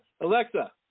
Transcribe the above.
Alexa